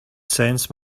sense